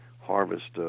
harvest